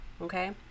okay